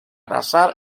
casar